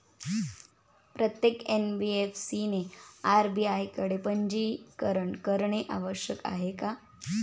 प्रत्येक एन.बी.एफ.सी ने आर.बी.आय कडे पंजीकरण करणे आवश्यक आहे का?